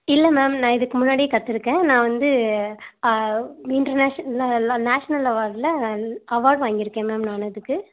இல்லை மேம் நான் இதுக்குது முன்னாடி கற்றிருக்கேன் நான் வந்து இண்டர்நேஷனலில் இல்லை நேஷனல் லெவல்ல அவார்ட் வாங்கியிருக்கேன் மேம் நான் அதுக்கு